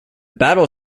battle